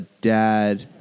dad